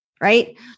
right